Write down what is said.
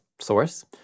source